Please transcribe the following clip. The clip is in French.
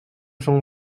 jean